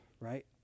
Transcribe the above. right